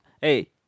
Hey